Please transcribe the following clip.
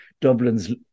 Dublin's